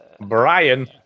Brian